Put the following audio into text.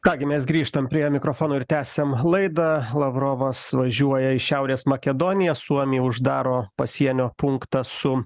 ką gi mes grįžtam prie mikrofono ir tęsiam laidą lavrovas važiuoja į šiaurės makedoniją suomiai uždaro pasienio punktą su